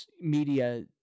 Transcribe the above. media